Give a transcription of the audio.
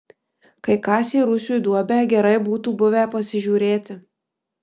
kai kasė rūsiui duobę gerai būtų buvę pasižiūrėti